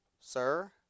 Sir